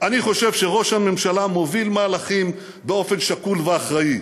אני חושב שראש הממשלה מוביל מהלכים באופן שקול ואחראי.